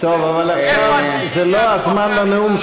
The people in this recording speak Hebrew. איפה הצעירים יעבדו אחרי המכללה,